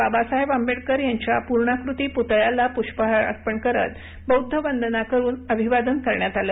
बाबासाहेब आंबेडकर यांच्या पुर्णाकृती पुतळ्यास पुष्पहार अर्पण करीत बौध्द वंदना करुन अभिवादन करण्यात आलं